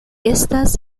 estas